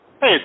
Hey